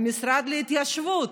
משרד להתיישבות,